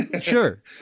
sure